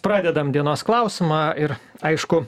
pradedam dienos klausimą ir aišku